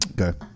Okay